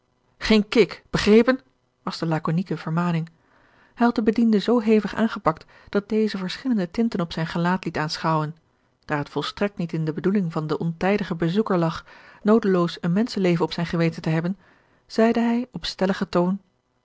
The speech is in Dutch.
geen kik begrepen was de lakonieke vermaning hij had den bediende zoo hevig aangepakt dat deze verschillende george een ongeluksvogel tinten op zijn gelaat liet aanschouwen daar het volstrekt niet in de bedoeling van den ontijdigen bezoeker lag noodeloos een menschenleven op zijn geweten te hebben zeide hij op stelligen toon